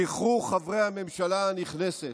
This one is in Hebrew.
זכרו, חברי הממשלה הנכנסת,